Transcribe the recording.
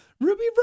Ruby